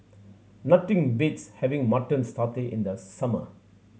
nothing beats having Mutton Satay in the summer